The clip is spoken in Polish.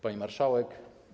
Pani Marszałek!